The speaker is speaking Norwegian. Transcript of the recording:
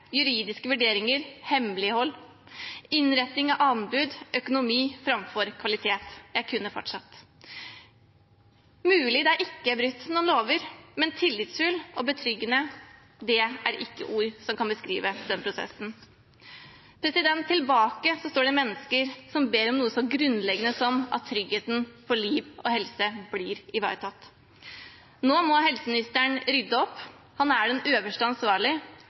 juridiske vurderinger, hemmelighold, innretning av anbud, økonomi framfor kvalitet – jeg kunne fortsatt. Det er mulig det ikke er brutt noen lover, men tillitsfull og betryggende er ikke ord som kan beskrive denne prosessen. Tilbake står det mennesker som ber om noe så grunnleggende at tryggheten for liv og helse blir ivaretatt. Nå må helseministeren rydde opp. Han er den